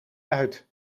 uit